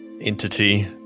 entity